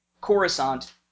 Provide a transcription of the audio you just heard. Coruscant